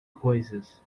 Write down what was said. coisas